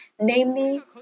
namely